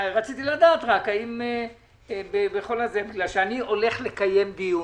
רציתי רק לדעת, בגלל שאני הולך לקיים דיון,